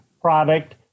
product